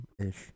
ish